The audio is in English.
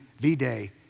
V-Day